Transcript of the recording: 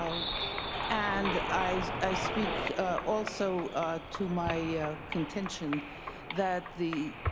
so and i i speak also to my contention that the